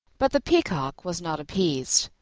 but the peacock was not appeased.